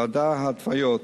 ועדת ההתוויות.